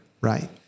right